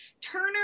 turner